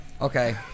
Okay